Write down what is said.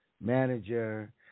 manager